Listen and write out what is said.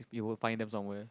if we will find them somewhere